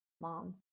mom